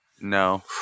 No